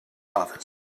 office